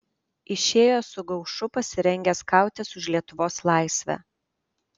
išėjo su gaušu pasirengęs kautis už lietuvos laisvę